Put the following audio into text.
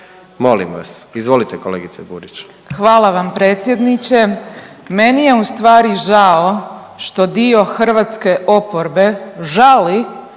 molim vas. Izvolite kolegice Burić/…. Hvala vam predsjedniče. Meni je ustvari žao što dio hrvatske oporbe žali